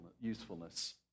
usefulness